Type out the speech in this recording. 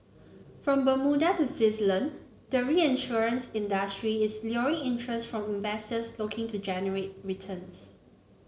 from Bermuda to Switzerland the reinsurance industry is luring interest from investors looking to generate returns